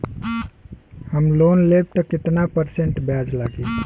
हम लोन लेब त कितना परसेंट ब्याज लागी?